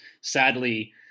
sadly